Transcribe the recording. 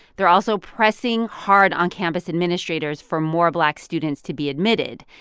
they're also pressing hard on campus administrators for more black students to be admitted,